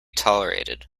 tolerated